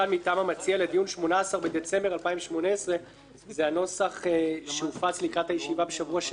המציע לדיון 18 בדצמבר 2018. זה הנוסח שהופץ לקראת הישיבה בשבוע שעבר.